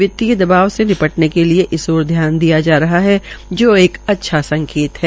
वित्तीय दवाब से निपटने के लिए इस ओर ध्यान दिया जा रहा है जो एक अच्छा संकेत है